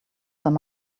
there